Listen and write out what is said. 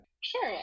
Sure